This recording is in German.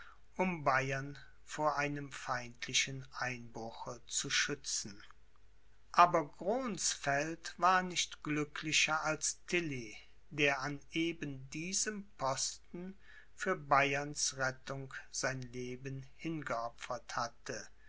um bayern vor einem feindlichen einbruche zu schützen aber gronsfeld war nicht glücklicher als tilly der an eben diesem posten für bayerns rettung sein leben hingeopfert hatte